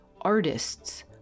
artists